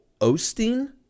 Osteen